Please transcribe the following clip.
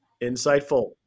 insightful